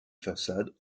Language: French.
façade